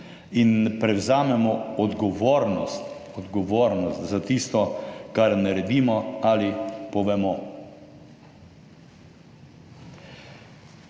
in prevzamemo odgovornost za tisto, kar naredimo ali povemo.